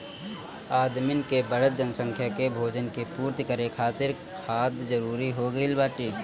आदमिन के बढ़त जनसंख्या के भोजन के पूर्ति करे खातिर खाद जरूरी हो गइल बाटे